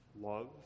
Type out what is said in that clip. love